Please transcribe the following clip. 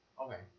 Okay